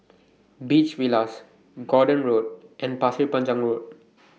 Beach Villas Gordon Road and Pasir Panjang Road